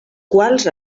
quals